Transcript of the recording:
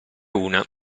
una